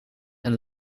een